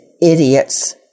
idiots